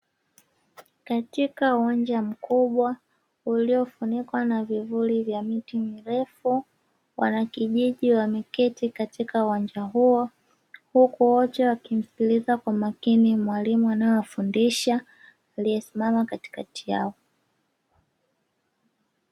Katika uwanja mkubwa uliofunikwa na vivuli vya miti mirefu, wanakijiji wameketi katika uwanja huo, huku wote wakimsikiliza kwa makini mwalimu anaowafundisha aliyesimama katikati yao.